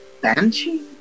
banshee